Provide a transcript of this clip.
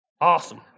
Awesome